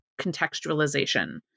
contextualization